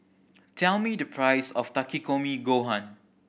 tell me the price of Takikomi Gohan